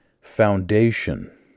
foundation